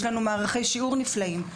יש לנו מערכי שיעור נפלאים,